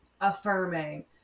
affirming